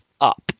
up